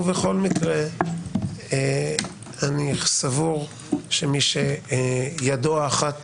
ובכל מקרה, אני סבור שמי שידו האחת